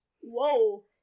Whoa